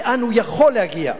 לאן הוא יכול להגיע.